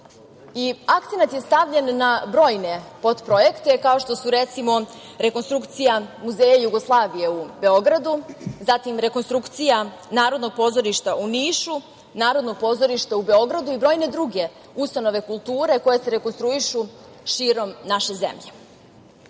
Akcenat je stavljen na brojne potprojekte, kao što su, recimo, rekonstrukcija Muzeja Jugoslavije u Beogradu, zatim, rekonstrukcija Narodnog pozorišta u Nišu, Narodnog pozorišta u Beogradu i brojne druge ustanove kulture koje se rekonstruišu širom naše zemlje. Na